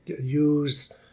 use